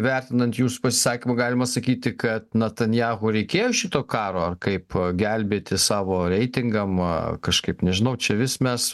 vertinant jūsų pasisakymu galima sakyti kad natanjahu reikėjo šito karo kaip gelbėti savo reitingam kažkaip nežinau čia vis mes